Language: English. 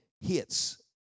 hits